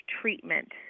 treatment